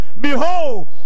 Behold